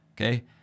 okay